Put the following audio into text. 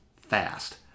fast